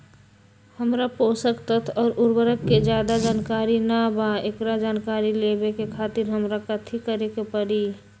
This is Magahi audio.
हमरा पोषक तत्व और उर्वरक के ज्यादा जानकारी ना बा एकरा जानकारी लेवे के खातिर हमरा कथी करे के पड़ी?